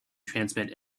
transmit